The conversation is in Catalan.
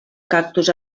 cactus